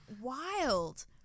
wild